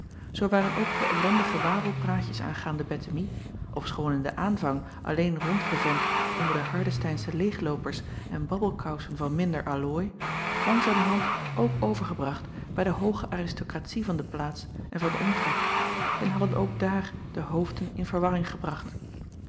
zoo waren ook de ellendige wawelpraatjes aangaande ettemie ofschoon in den aanvang alleen rondgevent onder de ardesteinsche leêgloopers en babbelkousen van minder allooi langzamerhand ook overgebracht bij de hooge aristokratie van de plaats en van den omtrek en hadden ook daar de hoofden in verwarring gebracht